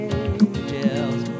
angels